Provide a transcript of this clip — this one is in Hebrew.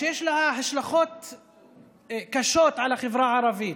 שיש לה השלכות קשות על החברה הערבית,